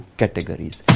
categories